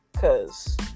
cause